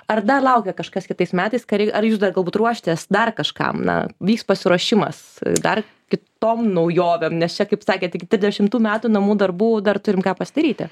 ar dar laukia kažkas kitais metais ką rei ar jūs dar galbūt ruošitės dar kažkam na vyks pasiruošimas dar kitom naujovėm nes čia kaip sakėt tik tidešimtų metų namų darbų dar turim ką pasidaryti